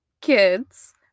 kids